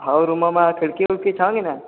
ओ रूममे खिड़की विरकी छौ कि नहि